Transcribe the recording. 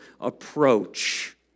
approach